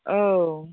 औ